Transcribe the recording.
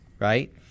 Right